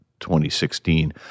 2016